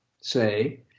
say